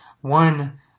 One